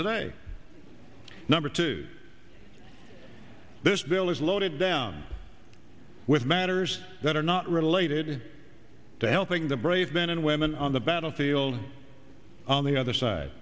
today number two this bill is loaded down with matters that are not related to helping the brave men and women on the battlefield on the other side